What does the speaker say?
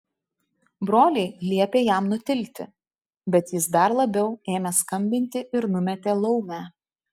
broliai liepė jam nutilti bet jis dar labiau ėmė skambinti ir numetė laumę